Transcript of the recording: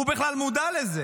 הוא בכלל מודע לו.